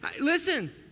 Listen